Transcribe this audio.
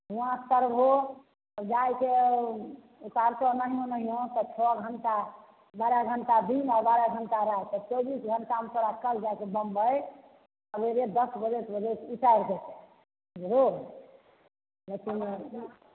हुवाँ चढ़बहो तब जाइके ऊतारतऽ नहियो नहियो तऽ छओ घंटा बारह घंटा दिन आ बारह घंटा राति चौबीस घंटामे तोरा कल जाके बम्बई सवेरे दस बजैत बजैत ऊतारि देतऽ लेकिन ई